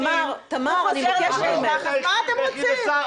אמרת את זה.